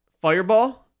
Fireball